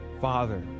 father